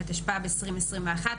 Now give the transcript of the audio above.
התשפ"ב 2021,